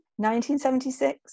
1976